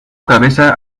cabeza